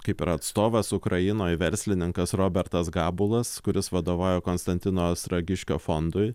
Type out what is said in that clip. kaip ir atstovas ukrainoj verslininkas robertas gabulas kuris vadovo konstantino ostragiškio fondui